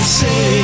say